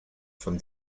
from